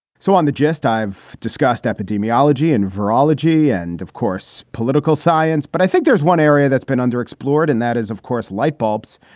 so on the gist, i've discussed epidemiology and virology and, of course, political science. but i think there's one area that's been under explored and that is, of course, light bulbs.